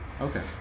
Okay